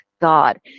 God